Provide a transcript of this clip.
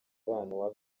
umubano